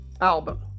album